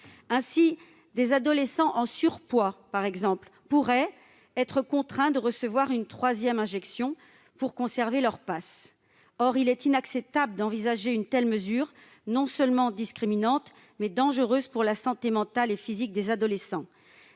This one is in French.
Ainsi, des adolescents en surpoids pourraient, par exemple, être contraints de recevoir une troisième injection pour conserver leur passe. Or il est inacceptable d'envisager une telle mesure, non seulement discriminante, mais aussi dangereuse pour la santé mentale et physique des adolescents.